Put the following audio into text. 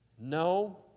No